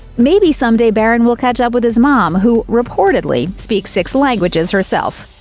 maybe someday barron will catch up with his mom who reportedly speaks six languages, herself!